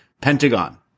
Pentagon